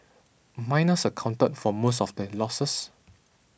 miners accounted for most of the losses